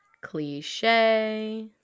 cliche